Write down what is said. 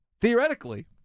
theoretically